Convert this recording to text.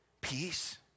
peace